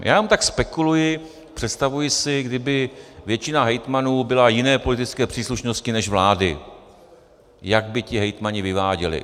Já jenom tak spekuluji, představuji si, kdyby většina hejtmanů byla jiné politické příslušnosti než vlády, jak by ti hejtmani vyváděli.